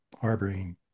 harboring